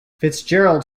fitzgerald